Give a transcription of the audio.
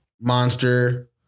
Monster